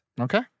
Okay